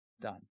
done